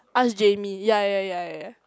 ask Jamie ya ya ya ya